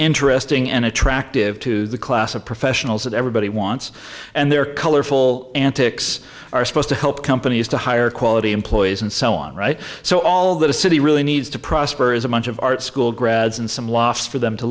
interesting and attractive to the class of professionals that everybody wants and their colorful antics are supposed to help companies to hire quality employees and so on right so all that a city really needs to prosper is a bunch of art school grads and some laughs for them to